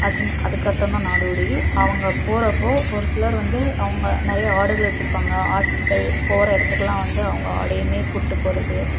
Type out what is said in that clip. அது அதுக்கு அர்த்தம் தான் நாடோடி அவங்க போகிறப்போ ஒரு சிலர் வந்து அவங்க நிறைய ஆடுகள் வச்சிருப்பாங்கள் ஆட்கள் போகிற எடத்துக்குலாம் வந்து அவங்க ஆடயுமே கூட்டு போகிறது